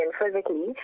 physically